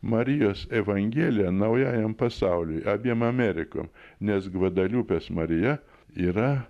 marijos evangelija naujajam pasauliui abiem amerikom nes gvadelupės marija yra